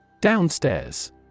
Downstairs